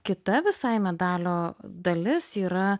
kita visai medalio dalis yra